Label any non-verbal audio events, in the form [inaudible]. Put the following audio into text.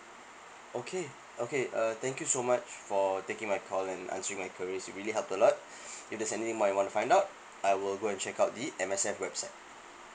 okay okay uh thank you so much for taking my call and answering my queries you really helped a lot [noise] if there's any I might wanna find out I will go and check out the M_S_F website